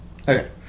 Okay